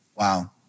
Wow